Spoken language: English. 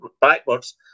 backwards